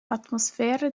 atmosphäre